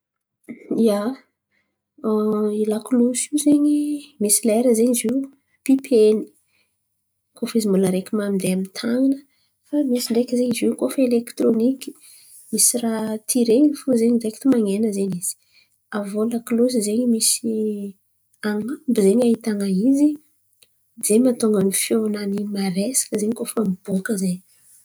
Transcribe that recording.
Ia, an lakolosy io zen̈y misy lera zen̈y zo pipen̈y koa fa izy mbala araiky mandeha amin’ny tan̈ana. Fa misy ndraiky koa zen̈y zo elekitironiky misy raha tiren̈y fo ze direkity man̈ena zen̈y izy. Aviô lakolosy zen̈y misy aganabo zen̈y ahitan̈a izy ze matonga feo-nany maresaka koa fa miboaka zen̈y.